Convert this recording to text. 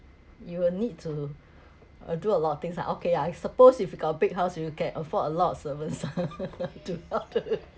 you will need to uh do a lot of things ah okay ah I suppose if you got a big house you can afford a lot servants to help to